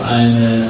eine